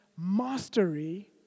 mastery